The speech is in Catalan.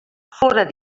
fóra